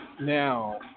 Now